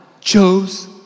chose